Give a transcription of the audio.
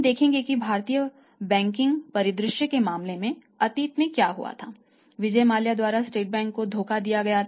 आप देखेंगे कि भारतीय बैंकिंग परिदृश्य के मामले में अतीत में क्या हुआ था विजय माल्या द्वारा स्टेट बैंक को धोखा दिया गया था